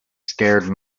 scared